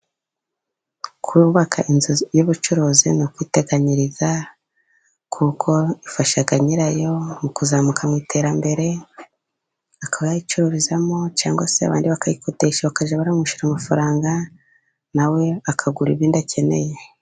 Kubaka inzu y'ubucuruzi ni ukwiteganyiriza kuko ifasha nyirayo mu kuzamuka mu iterambere, akaba yayicururizamo cyangwa se abandi bakayikodesha bakajya baramwishyura amafaranga, nawe akagura ibindi akeneye.